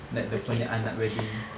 like dia punya anak wedding